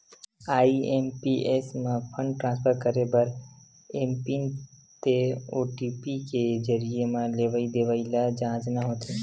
IMPS म fund transfer करे बर एमपिन ते ओ.टी.पी के जरिए म लेवइ देवइ ल जांचना होथे